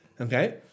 Okay